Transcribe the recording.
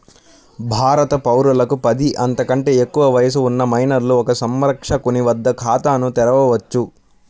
భారత పౌరులకు పది, అంతకంటే ఎక్కువ వయస్సు ఉన్న మైనర్లు ఒక సంరక్షకుని వద్ద ఖాతాను తెరవవచ్చు